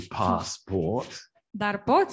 passport